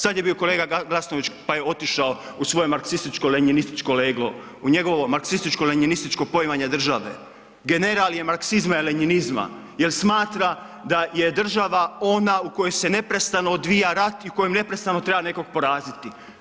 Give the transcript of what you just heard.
Sada je bio kolega Glasnović pa je otišao u svoje marksističko lenjinističko leglo u njegovo marksističko lenjinističkog poimanje države, general je marksizma i lenjinizma jer smatra da je država ona u kojoj se neprestano odvija rat i u kojoj neprestano nekog treba poraziti.